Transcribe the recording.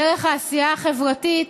דרך העשייה החברתית